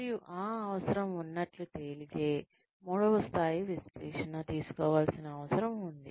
మరియు ఆ అవసరం ఉన్నట్లు తేలితే మూడవ స్థాయి విశ్లేషణ తీసుకోవలసిన అవసరం ఉంది